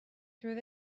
through